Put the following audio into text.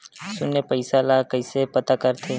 शून्य पईसा ला कइसे पता करथे?